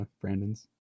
Brandon's